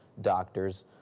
doctors